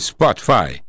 Spotify